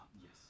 Yes